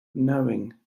knowing